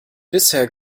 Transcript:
bisher